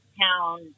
town